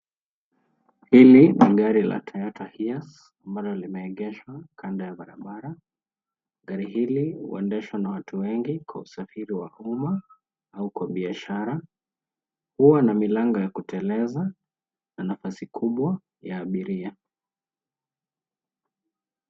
Hili ni gari la Toyota Hiace ambalo limeegeshwa kando ya barabara. Gari hili huendeshwa na watu wengi kwa usafiri wa umma au kwa biashara. Huwa na milango ya kuteleza na nafasi kubwa ya abiria.